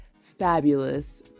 fabulous